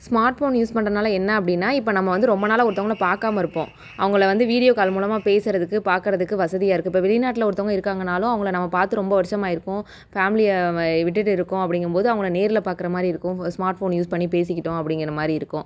smart phone use பண்ணறனால என்ன அப்படினா இப்போ நம்ம வந்து ரொம்ப நாளாக ஒருத்தவங்களை பார்க்காம இருப்போம் அவங்கள வந்து வீடியோ கால் மூலமாக பேசுவதுக்கு பார்க்குறதுக்கு வசதியாக இருக்குது இப்போ வெளிநாட்டில் ஒருத்தவங்க இருக்காங்கனாலும் அவங்கள நம்ம பார்த்து ரொம்ப வருஷமா ஆகியிருக்கும் ஃபேமிலியை விட்டுட்டு இருக்கோம் அப்படிங்கபோது அவங்கள நேரில் பார்க்ற மாதிரி இருக்கும் ஸ்மார்ட் ஃபோன் யூஸ் பண்ணி பேசிக்கிட்டோம் அப்படிங்கிற மாதிரி இருக்கும்